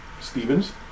Stevens